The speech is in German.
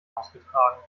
ausgetragen